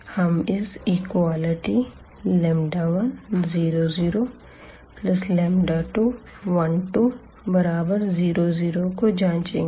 हम इस इक्वलिटी 10021200 को जांचेंगे